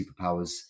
superpowers